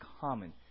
common